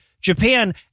Japan